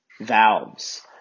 valves